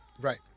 Right